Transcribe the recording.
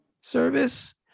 service